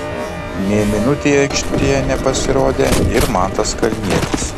nė minutei aikštėje nepasirodė ir mantas kalnietis